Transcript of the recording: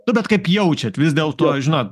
nu bet kaip jaučiat vis dėlto žinot